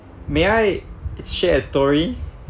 may I share a story